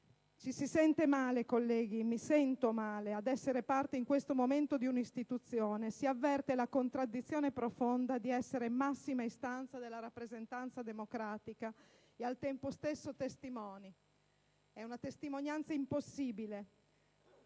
Ci si sente male, colleghi, e mi sento male ad essere parte in questo momento di un'istituzione. Si avverte la contraddizione profonda di essere massima istanza della rappresentanza democratica e, al tempo stesso, testimoni. È una testimonianza impossibile,